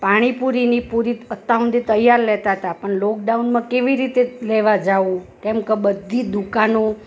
પાણીપુરીની પુરી અત્યાર સુધી તૈયાર લેતા હતા પણ લોકડાઉનમાં કેવી રીતે લેવા જવું કેમકે બધી દુકાનો